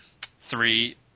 three